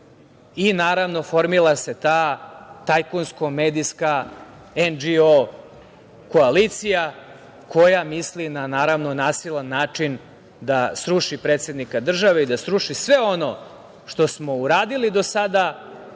i naravno formira se ta tajkunsko-medijska NGO koalicija koja misli, na naravno nasilan način, da sruši predsednika države i da sruši sve ono što smo uradili do sada,